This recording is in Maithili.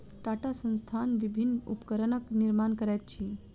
टाटा संस्थान विभिन्न उपकरणक निर्माण करैत अछि